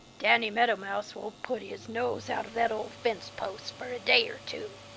danny meadow mouse won't put his nose out of that old fence-post for a day or two.